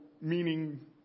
meaning